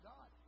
God